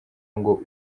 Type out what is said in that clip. ngo